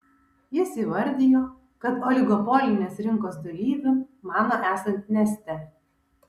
jis įvardijo kad oligopolinės rinkos dalyviu mano esant neste